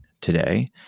today